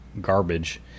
garbage